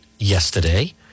Yesterday